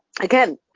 Again